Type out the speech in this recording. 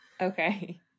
Okay